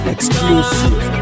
Exclusive